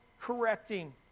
correcting